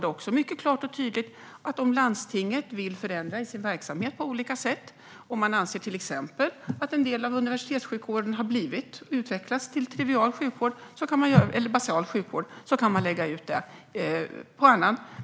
Det står också klart och tydligt att om landstinget vill förändra sin verksamhet på olika sätt, om man till exempel anser att en del av universitetssjukvården har utvecklats till basal sjukvård, kan man lägga ut det på annan vårdgivare.